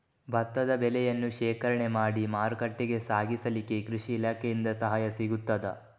ಭತ್ತದ ಬೆಳೆಯನ್ನು ಶೇಖರಣೆ ಮಾಡಿ ಮಾರುಕಟ್ಟೆಗೆ ಸಾಗಿಸಲಿಕ್ಕೆ ಕೃಷಿ ಇಲಾಖೆಯಿಂದ ಸಹಾಯ ಸಿಗುತ್ತದಾ?